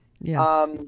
Yes